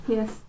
Yes